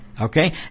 Okay